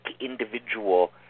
individual